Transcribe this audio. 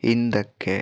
ಹಿಂದಕ್ಕೆ